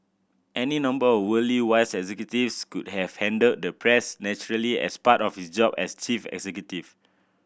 any number of worldly wise executives could have handled the press naturally as part of his job as chief executive